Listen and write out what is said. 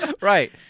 Right